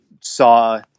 saw